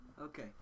Okay